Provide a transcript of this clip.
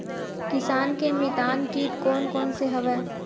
किसान के मितान कीट कोन कोन से हवय?